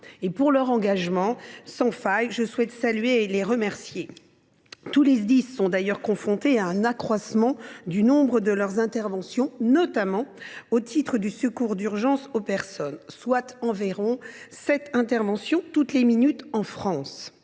Pour leur engagement sans faille, je souhaite donc les saluer et les remercier. Tous les Sdis sont confrontés à un accroissement du nombre de leurs interventions, notamment au titre du secours d’urgence aux personnes, soit environ sept interventions par minute. Comme